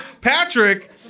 Patrick